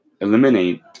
eliminate